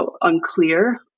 unclear